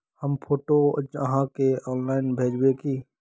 हम फोटो आहाँ के ऑनलाइन भेजबे की?